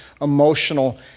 emotional